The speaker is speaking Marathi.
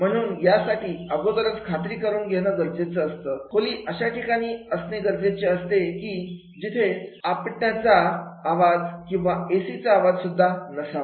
म्हणून यासाठी अगोदरच खात्री करून घेणं गरजेचं असतं की खोली अशा ठिकाणी असणे गरजेचे असते की जिथे आपटण्याचा आवाज किंवा एसी चा आवाज सुद्धा नसावा